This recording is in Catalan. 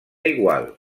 igual